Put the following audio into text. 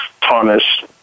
tarnish